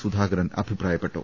സുധാകരൻ അഭിപ്രായപ്പെട്ടു